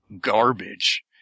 garbage